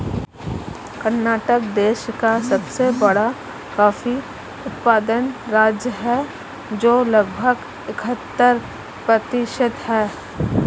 कर्नाटक देश का सबसे बड़ा कॉफी उत्पादन राज्य है, जो लगभग इकहत्तर प्रतिशत है